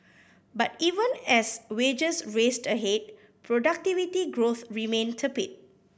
but even as wages raced ahead productivity growth remained tepid